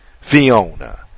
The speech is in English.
Fiona